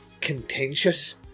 contentious